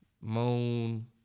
Moon